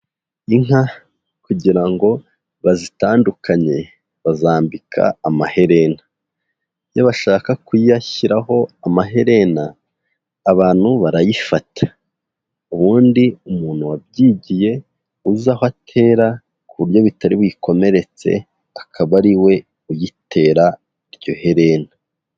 Inka kugira ngo bazitandukanye bazambika amaherena, iyo bashaka kuyashyiraho amaherena abantu barayifata, ubundi umuntu wabyigiye uzi aho atera ku buryo bitari buyikomeretse akaba ariwe uyitera iryo herena.